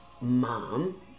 mom